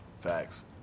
Facts